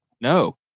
No